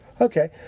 Okay